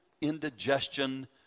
indigestion